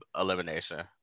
elimination